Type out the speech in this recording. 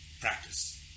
practice